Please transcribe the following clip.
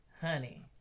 honey